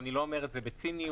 ואני לא אומר את זה בציניות